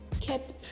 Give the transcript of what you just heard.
kept